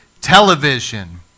television